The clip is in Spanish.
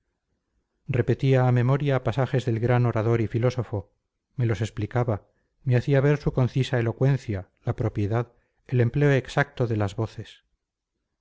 repetía la memoria pasajes del gran orador y filósofo me los explicaba me hacía ver su concisa elocuencia la propiedad el empleo exacto de las voces